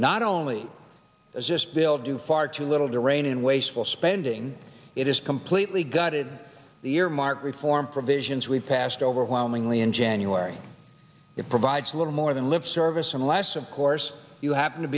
not only as just bill do far too little to rein in wasteful spending it is completely gutted the earmark reform provisions we passed overwhelmingly in january it provides little more than lip service unless of course you happen to